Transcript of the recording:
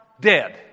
dead